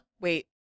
Wait